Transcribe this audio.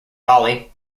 bali